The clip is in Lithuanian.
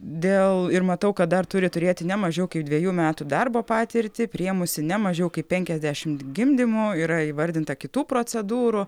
dėl ir matau kad dar turi turėti ne mažiau kaip dvejų metų darbo patirtį priėmusi ne mažiau kaip penkiasdešimt gimdymų yra įvardinta kitų procedūrų